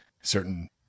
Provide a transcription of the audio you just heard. certain